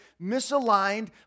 misaligned